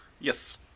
Yes